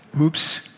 Oops